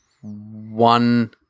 one